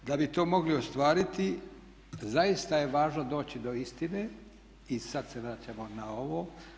Da bi to mogli ostvariti zaista je važno doći do istine i sada se vraćamo na ovo.